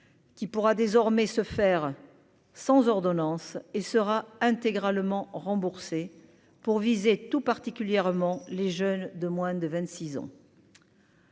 qui pourra désormais se faire sans ordonnance et sera intégralement remboursé pour viser tout particulièrement les jeunes de moins de 26 ans.